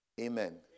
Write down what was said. Amen